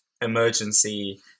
emergency